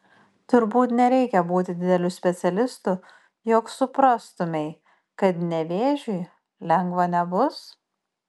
turbūt nereikia būti dideliu specialistu jog suprastumei kad nevėžiui lengva nebus